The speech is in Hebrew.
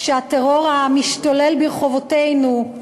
כשהטרור המשתולל ברחובותינו,